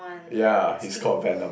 yeah he's called venom